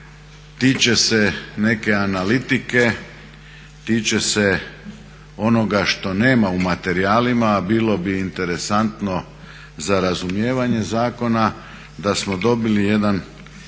tiče se neke analitike, tiče se onoga što nema u materijalima, a bilo bi interesantno za razumijevanje zakona da smo dobili jedan